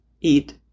eat